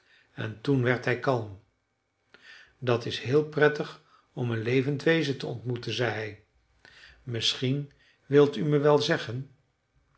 en toen werd hij kalm dat is heel prettig om een levend wezen te ontmoeten zei hij misschien wilt u me wel zeggen